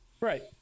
Right